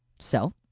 so,